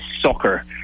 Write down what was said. soccer